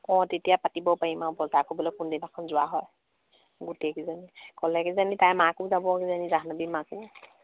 অঁ তেতিয়া পাতিব পাৰিম আৰু বজাৰ কৰিবলে কোন দিনাখন যোৱা হয় গোটেইকেইজনী ক'লে কিজানি তাইৰ মাকো যাব জাহ্নৱীৰ মাকো